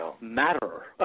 matter